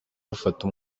bafata